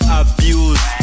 abuse